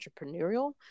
entrepreneurial